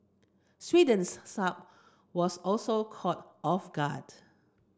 Sweden's Saab was also caught off guard